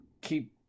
Keep